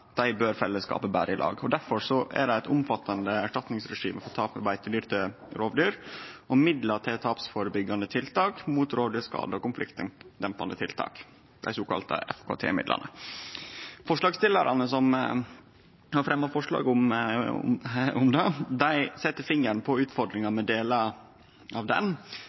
bør fellesskapet bere i lag. Difor er det eit omfattande erstatningsregime for tap av beitedyr til rovdyr og midlar til tapsførebyggjande tiltak mot rovviltskadar og konfliktdempande tiltak, dei såkalla FKT-midlane. Forslagsstillarane som har fremja dette forslaget, set fingeren på utfordringa ved delar av